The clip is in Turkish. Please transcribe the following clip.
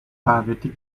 daveti